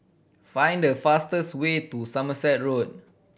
find the fastest way to Somerset Road